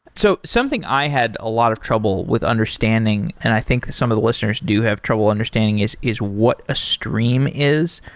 so something i had a lot of trouble with understanding and i think some of the listeners do have trouble understanding is is what a stream is.